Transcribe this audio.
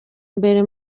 mbere